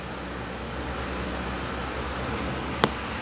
I need that in my life but it's it's probably a lot of like